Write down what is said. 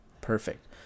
Perfect